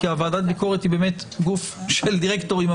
כי ועדת ביקורת היא באמת גוף של דירקטורים.